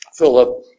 Philip